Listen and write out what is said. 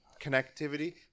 connectivity